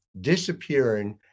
disappearing